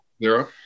Zero